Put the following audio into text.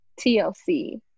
TLC